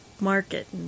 market